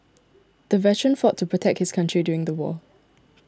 the veteran fought to protect his country during the war